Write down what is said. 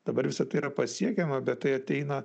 dabar visa tai yra pasiekiama bet tai ateina